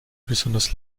besonders